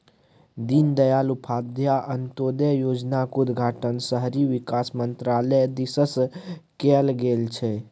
दीनदयाल उपाध्याय अंत्योदय योजनाक उद्घाटन शहरी विकास मन्त्रालय दिससँ कैल गेल छल